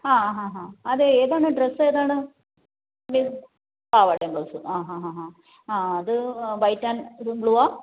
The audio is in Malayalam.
ആ ഹാ ഹ അത് ഏതാണ് ഡ്രെസ്സ് ഏതാണ് പാവാടയും ബ്ലൗസ്സും ആ ഹ ഹ ഹ ആ അത് വൈറ്റ് ആൻഡ് ഒരു ബ്ലൂ ആണോ